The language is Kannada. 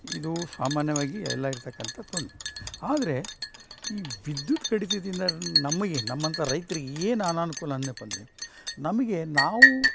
ಇದು ಸಾಮಾನ್ಯವಾಗಿ ಎಲ್ಲ ಇರ್ತಕ್ಕಂಥ ತೊಂದ್ ಆದರೆ ಈ ವಿದ್ಯುತ್ ಕಡಿತದಿಂದರೆ ನಮಗೆ ನಮ್ಮಂಥಾ ರೈತ್ರಿಗೆ ಏನು ಅನಾನುಕೂಲ ಅನ್ಯಪ್ ಅಂದರೆ ನಮಗೆ ನಾವು